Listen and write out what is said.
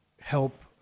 help